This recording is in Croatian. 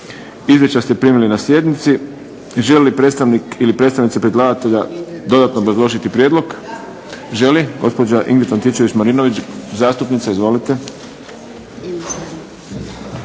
Izvješća ste primili na sjednici. Želi li predstavnik ili predstavnica predlagatelja dodatno obrazložiti prijedlog? Da. Gospođa Ingrid Antičević-Marinović, izvolite.